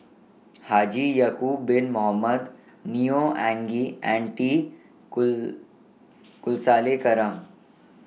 Haji Ya'Acob Bin Mohamed Neo Anngee and T Cool